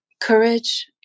Courage